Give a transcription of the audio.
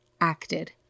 acted